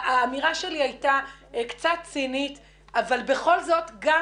האמירה שלי הייתה קצת צינית אבל בכל זאת גם